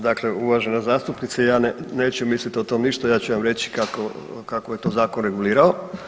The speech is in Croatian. Dakle, uvažena zastupnice ja neću mislit o tome ništa ja ću vam reći kako, kako je to zakon regulirao.